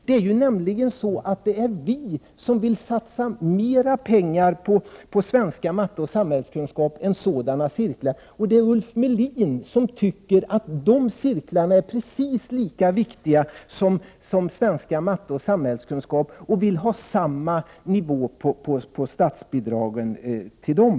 Vi vill nämligen satsa mera pengar på svenska, matematik och samhällskunskap än på sådana cirklar. Det är Ulf Melin som egentligen tycker att dessa cirklar är precis lika viktiga som svenska, matematik och samhällskunskap och vill ha samma nivå på statsbidragen till dem.